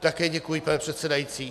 Také děkuji, pane předsedající.